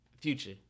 Future